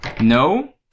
no